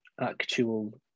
actual